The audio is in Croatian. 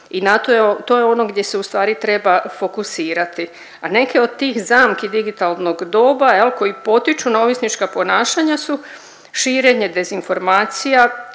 to je ono gdje se ustvari treba fokusirati. A neke od tih zamki digitalnog doba koji potiču na ovisnička ponašanja su širenje dezinformacija,